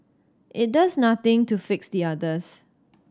it does nothing to fix the others